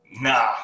nah